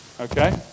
Okay